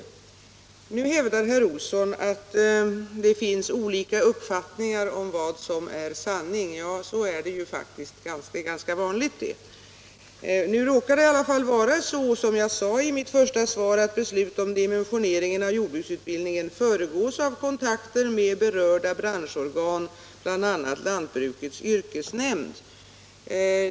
Nu hävdar herr Olsson att det finns olika uppfattningar om vad som är sanning. Ja, det är ju faktiskt ganska vanligt. Det råkar i alla fall vara så, som jag sade i mitt första svar, att beslut om dimensioneringen av jordbruksutbildningen föregås av kontakter med berörda basorgan, bl.a. lantbrukets yrkesnämnd.